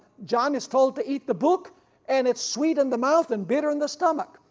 john is told to eat the book and it's sweet in the mouth and bitter in the stomach,